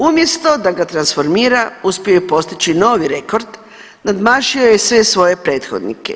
Umjesto da ga transformira, uspio je postići novi rekord, nadmašio je sve svoje prethodnike.